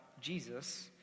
Jesus